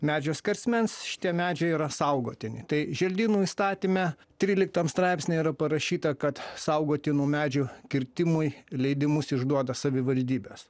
medžio skersmens šitie medžiai yra saugotini tai želdynų įstatyme tryliktam straipsnyje yra parašyta kad saugotinų medžių kirtimui leidimus išduoda savivaldybės